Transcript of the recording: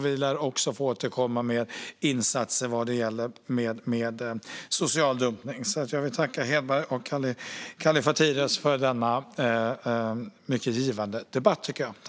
Vi lär också få återkomma om insatser mot social dumpning. Jag tackar Peter Hedberg och Markus Kallifatides för en mycket givande debatt.